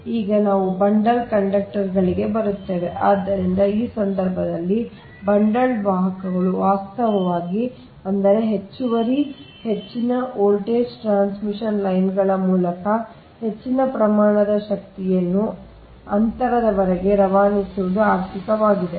ಈಗ ನಾವು ಬಂಡಲ್ ಕಂಡಕ್ಟರ್ಗಳಿಗೆ ಬರುತ್ತೇವೆ ಆದ್ದರಿಂದ ಈ ಸಂದರ್ಭದಲ್ಲಿ ಬನ್ದ್ಲ್ಡ್ ವಾಹಕಗಳು ವಾಸ್ತವವಾಗಿ ಅಂದರೆ ಹೆಚ್ಚುವರಿ ಹೆಚ್ಚಿನ ವೋಲ್ಟೇಜ್ ಟ್ರಾನ್ಸ್ಮಿಷನ್ ಲೈನ್ ಗಳ ಮೂಲಕ ಹೆಚ್ಚಿನ ಪ್ರಮಾಣದ ಶಕ್ತಿಯನ್ನು ಅಂತರ ದವರೆಗೆ ರವಾನಿಸುವುದು ಆರ್ಥಿಕವಾಗಿದೆ